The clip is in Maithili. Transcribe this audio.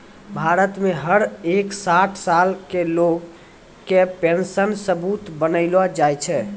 भारत मे हर एक साठ साल के लोग के पेन्शन सबूत बनैलो जाय छै